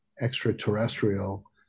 extraterrestrial